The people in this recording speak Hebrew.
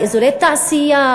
על אזורי תעשייה,